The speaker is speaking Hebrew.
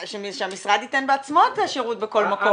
שהמשרד ייתן בעצמו את השירות בכל מקום.